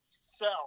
sell